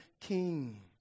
king